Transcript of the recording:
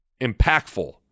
impactful